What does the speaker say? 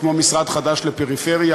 וכמו משרד חדש לפריפריה,